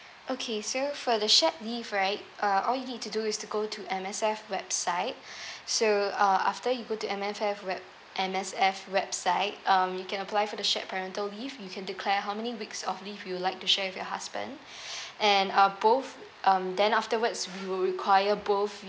okay so for the shared leave right uh all you need to do is to go to M_S_F website so uh after you go to M F F web~ M_S_F website um you can apply for the shared parental leave you can declare how many weeks of leave you would like to share with your husband and uh both um then afterwards we will require both